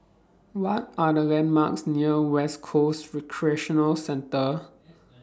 What Are The landmarks near West Coast Recreational Centre